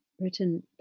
written